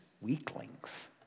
weaklings